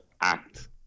act